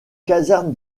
caserne